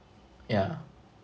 yeah